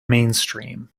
mainstream